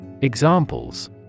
Examples